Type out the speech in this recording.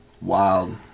Wild